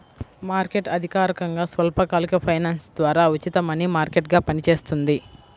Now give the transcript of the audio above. market అధికారికంగా స్వల్పకాలిక finance ద్వారా ఉచిత మనీ మార్కెట్గా పనిచేస్తుంది